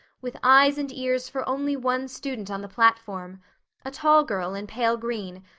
with eyes and ears for only one student on the platform a tall girl in pale green,